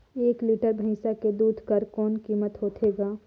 एक लीटर भैंसा के दूध कर कौन कीमत होथे ग?